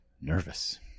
Nervous